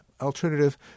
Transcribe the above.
alternative